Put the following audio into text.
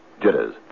Jitters